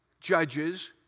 judges